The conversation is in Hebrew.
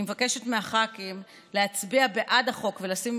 אני מבקשת מהח"כים להצביע בעד החוק ולשים,